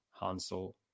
Hansel